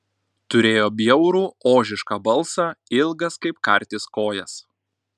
turėjo bjaurų ožišką balsą ilgas kaip kartis kojas